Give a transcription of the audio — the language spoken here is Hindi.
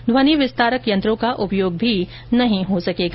ध्वनि विस्तारक यंत्रों का उपयोग भी नहीं हो सकेगा